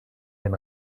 den